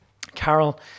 Carol